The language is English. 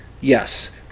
yes